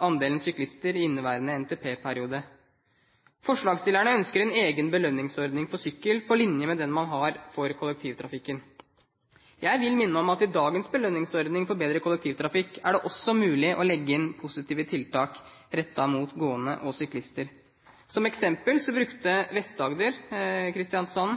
andelen syklister i inneværende NTP-periode. Forslagsstillerne ønsker en egen belønningsordning for sykkel, på linje med den man har for kollektivtrafikken. Jeg vil minne om at i dagens belønningsordning for bedre kollektivtrafikk er det også mulig å legge inn positive tiltak rettet mot gående og syklister. Som eksempel brukte Vest-Agder/Kristiansand